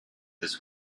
this